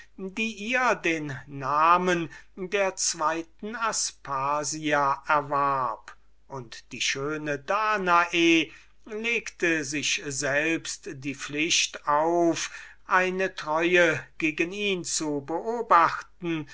die ihr den namen der zweiten aspasia erwarb und die schöne danae legte sich selbst die pflicht auf eine treue gegen ihn zu beobachten